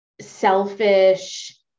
selfish